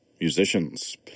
Musicians